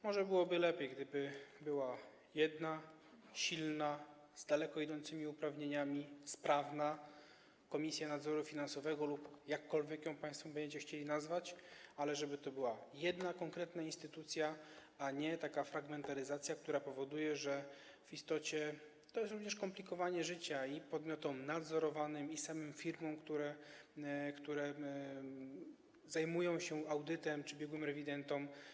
Może byłoby lepiej, gdyby była jedna silna, z daleko idącymi uprawnieniami, sprawna Komisja Nadzoru Finansowego lub jakkolwiek ją państwo będziecie chcieli nazwać, ale żeby to była jedna konkretna instytucja, żeby nie było takiej fragmentaryzacji, która powoduje, że w istocie to jest komplikowanie życia i podmiotom nadzorowanym, i samym firmom, które zajmują się audytem, czy biegłym rewidentom.